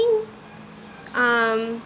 um